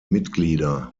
mitglieder